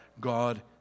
God